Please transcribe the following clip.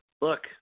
Look